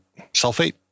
Sulfate